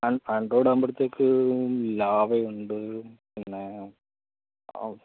ആന് ആണ്ട്രോയിഡാകുമ്പോഴത്തേക്ക് ലാവയൊണ്ട് പിന്നെ ഔ